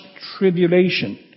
tribulation